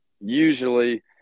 usually